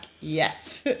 yes